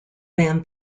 than